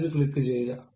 അതിൽ ക്ലിക്കുചെയ്യുക